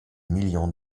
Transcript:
millions